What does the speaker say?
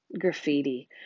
Graffiti